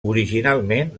originalment